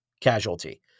casualty